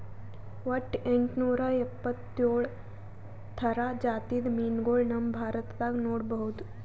ವಟ್ಟ್ ಎಂಟನೂರಾ ಎಪ್ಪತ್ತೋಳ್ ಥರ ಜಾತಿದ್ ಮೀನ್ಗೊಳ್ ನಮ್ ಭಾರತದಾಗ್ ನೋಡ್ಬಹುದ್